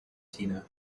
tina